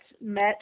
met